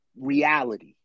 reality